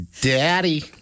Daddy